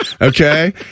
okay